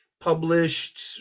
published